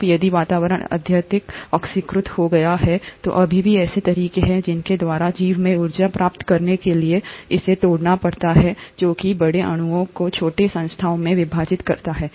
अब यदि वातावरण अत्यधिक ऑक्सीकृत हो गया है तो अभी भी ऐसे तरीके हैं जिनके द्वारा जीव को ऊर्जा प्राप्त करने के लिए इसे तोड़ना पड़ता है जो कि बड़े अणुओं को छोटी संस्थाओं में विभाजित करता है